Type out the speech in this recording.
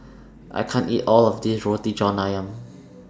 I can't eat All of This Roti John Ayam